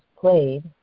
played